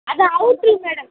அது அவுட்ரு மேடம்